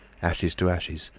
ashes to ashes,